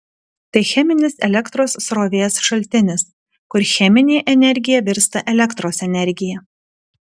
tai cheminis elektros srovės šaltinis kur cheminė energija virsta elektros energija